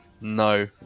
No